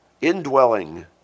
Indwelling